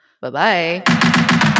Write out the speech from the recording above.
Bye-bye